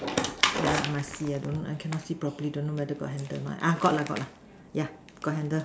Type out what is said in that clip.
wait lah I must see I don't I cannot see properly don't know whether got handle not uh got lah got lah yeah got handle